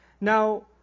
Now